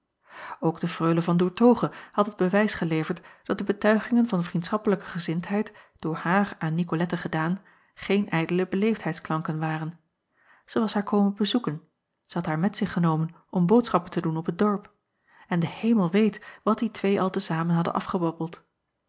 ok de reule an oertoghe had het bewijs geleverd dat de betuigingen van vriendschappelijke gezindheid door haar aan icolette gedaan geen ijdele beleefdheidsklanken waren zij was haar komen bezoeken zij had haar met zich genomen om boodschappen te doen op het dorp en de emel weet wat die twee al te zamen hadden